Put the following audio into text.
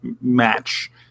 match